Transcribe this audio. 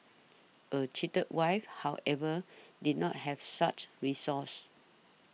a cheated wife however did not have such recourse